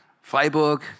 Freiburg